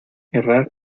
errar